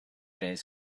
days